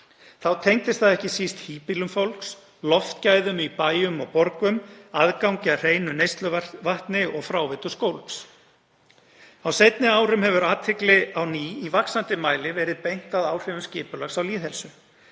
Þá tengdist það ekki síst híbýlum fólks, loftgæðum í bæjum og borgum, aðgangi að hreinu neysluvatni og fráveitu skólps. Á seinni árum hefur athygli á ný, í vaxandi mæli, verið beint að áhrifum skipulags á lýðheilsu.